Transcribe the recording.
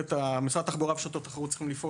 משרד התחבורה ורשות התחרות צריכים לפעול